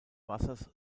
wassers